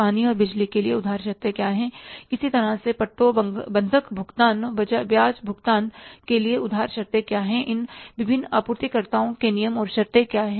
पानी और बिजली के लिए उधार शर्तें क्या हैं इसी तरह से पट्टों बंधक भुगतान ब्याज भुगतान के लिए उधार शर्तें क्या हैं इन विभिन्न आपूर्तिकर्ताओं के नियम और शर्तें क्या हैं